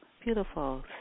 beautiful